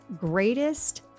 greatest